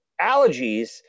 allergies